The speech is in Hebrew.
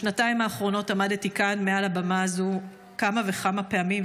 בשנתיים האחרונות עמדתי כאן מעל הבמה הזו כמה וכמה פעמים,